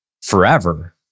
forever